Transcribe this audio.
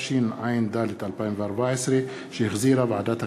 התשע"ד 2014, שהחזירה ועדת הכלכלה.